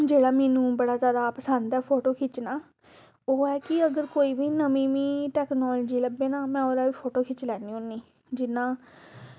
जेह्ड़ा मैनूं बड़ा जादा पसंद ऐ फोटो खिच्चना ओह् ऐ कि अगर कोई बी मिगी नमीं टेक्नोलॉज़ी लब्भे ना में ओह्दा बी फोटो खिच्ची लैन्नी होन्नी जि'यां